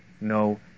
no